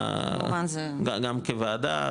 גם כוועדה,